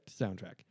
soundtrack